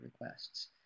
requests